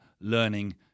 learning